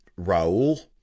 Raul